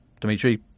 Dmitry